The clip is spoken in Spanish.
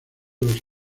los